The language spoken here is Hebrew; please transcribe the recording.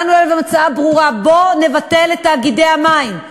באנו אליו עם הצעה ברורה: בוא נבטל את תאגידי המים.